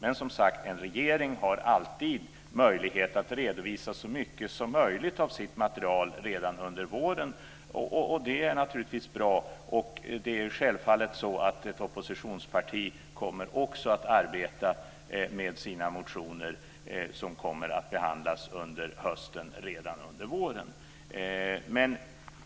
En regering har som sagt alltid möjlighet att redovisa så mycket som möjligt av sitt material redan under våren. Det är naturligtvis bra. Det är självfallet så att ett oppositionsparti också redan under våren kommer att arbeta med sina motioner som kommer att behandlas under hösten.